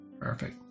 Perfect